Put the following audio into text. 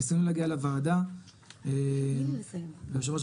ניסינו להגיע לוועדה ויושב הראש אני